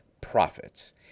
profits